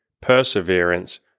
perseverance